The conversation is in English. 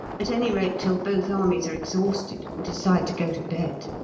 at any rate till both armies are exhausted, and decide to go to bed.